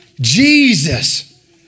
Jesus